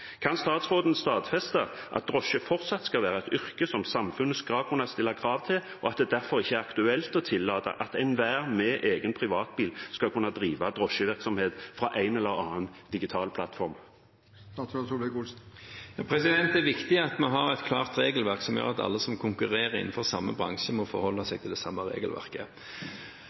Kan statsråden stadfeste at drosjevirksomhet fortsatt skal være et yrke som samfunnet skal kunne stille krav til, og at det derfor ikke er aktuelt å tillate at enhver med egen privatbil skal kunne drive drosjevirksomhet fra en eller annen digital plattform? Det er viktig at vi har et klart regelverk som gjør at alle som konkurrerer innenfor samme bransje, må forholde seg til det samme regelverket.